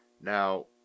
Now